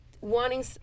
wanting